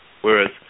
whereas